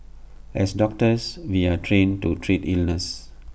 as doctors we are trained to treat illness